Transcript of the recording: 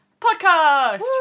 podcast